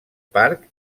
parc